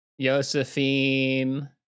Josephine